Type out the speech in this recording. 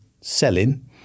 selling